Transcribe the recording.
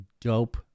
dope